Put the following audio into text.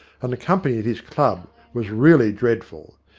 and the company at his club was really dreadful.